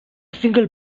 single